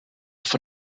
von